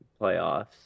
playoffs